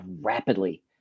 rapidly